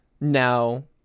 No